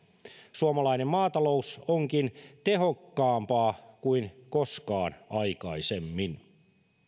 suomalainen maatalous onkin tehokkaampaa kuin koskaan aikaisemmin